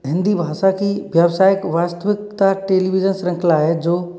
हिंदी भाषा की व्यवसाय को वास्तविकता टेलिविज़न श्रंखला है जो